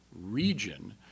region